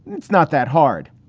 it's not that hard,